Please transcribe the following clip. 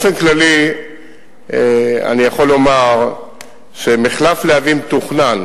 באופן כללי אני יכול לומר שמחלף להבים תוכנן